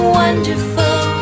wonderful